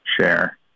share